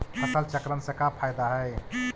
फसल चक्रण से का फ़ायदा हई?